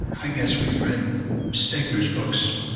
i guess we read stegner's books